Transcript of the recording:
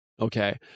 Okay